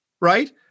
right